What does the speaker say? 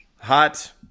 hot